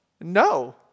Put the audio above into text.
No